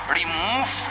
remove